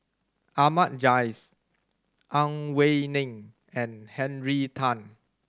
Ahmad Jais Ang Wei Neng and Henry Tan